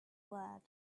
word